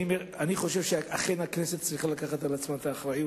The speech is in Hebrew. אני חושב שהכנסת אכן צריכה לקחת על עצמה את האחריות,